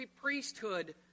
priesthood